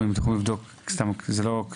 אם תוכלו לבדוק על פיצויים,